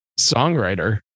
songwriter